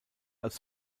als